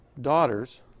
daughters